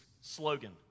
slogan